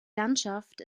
landschaft